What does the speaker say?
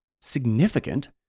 significant